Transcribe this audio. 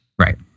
Right